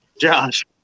Josh